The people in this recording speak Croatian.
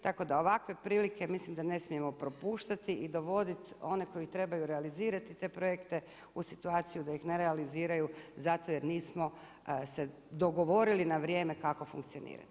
Tako da ovakve prilike mislim da ne smijemo propuštati i dovoditi one koji trebaju realizirati te projekte u situaciju da ih ne realiziraju zato jer nismo se dogovorili na vrijeme kako funkcionirati.